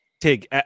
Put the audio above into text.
Tig